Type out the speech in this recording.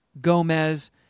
Gomez